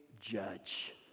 judge